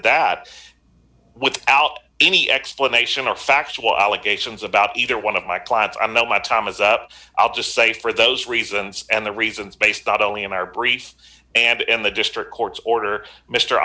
that without any explanation or factual allegations about either one of my clients i'm not my thomas i'll just say for those reasons and the reasons based not only in our briefs and in the district court's order mr